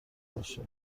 باشه